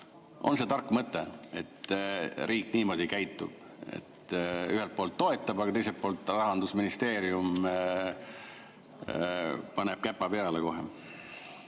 On see tark mõte, et riik niimoodi käitub? Ühelt poolt toetab, aga teiselt poolt Rahandusministeerium paneb käpa peale kohe.